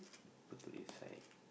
put to this side